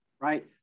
right